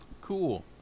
Cool